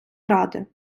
ради